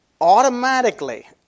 automatically